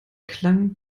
klang